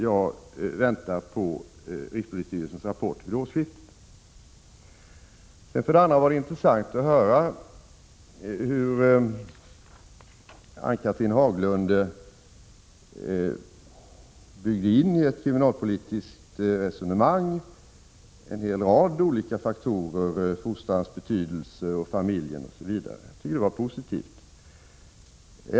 Jag väntar på rikspolisstyrelsens rapport vid årsskiftet. För övrigt var det intressant att höra hur Ann-Cathrine Haglund byggde in i ett kriminalpolitiskt resonemang en hel rad olika faktorer, såsom fostrans betydelse, familjens betydelse osv. Det tycker jag var positivt.